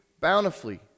bountifully